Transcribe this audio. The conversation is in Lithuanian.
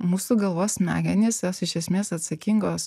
mūsų galvos smegenys jos iš esmės atsakingos